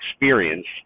experience